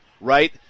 right